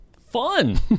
Fun